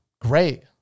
great